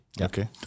Okay